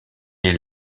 est